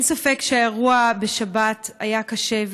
אין ספק שהאירוע בשבת היה קשה,